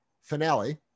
finale